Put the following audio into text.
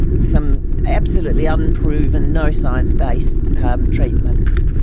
some absolutely unproven, no science based um treatments.